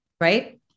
right